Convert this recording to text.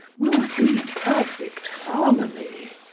will be perfect harmony.